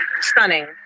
Stunning